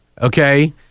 okay